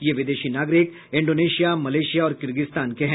ये विदेशी नागरिक इंडोनेशिया मलेशिया और किर्गिस्तान के हैं